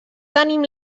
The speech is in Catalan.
tenim